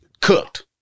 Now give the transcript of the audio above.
cooked